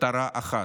מטרה אחת: